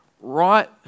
right